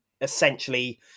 essentially